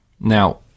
Now